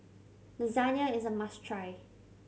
lasagna is a must try